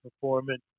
performance